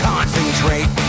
Concentrate